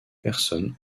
personnes